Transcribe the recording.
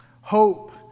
hope